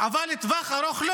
אבל לא לטווח ארוך.